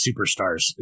superstars